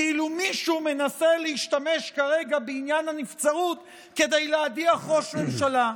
כאילו מישהו מנסה להשתמש כרגע בעניין הנבצרות כדי להדיח ראש ממשלה.